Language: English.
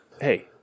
hey